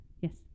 yes